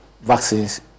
vaccines